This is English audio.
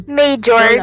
major